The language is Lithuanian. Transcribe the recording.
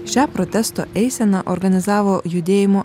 šią protesto eiseną organizavo judėjimo